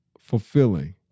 fulfilling